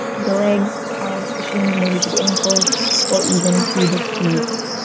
the legs, the calves, the shins, maybe to the ankles or even to the feet.